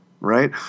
right